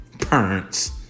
Parents